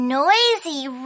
noisy